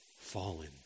fallen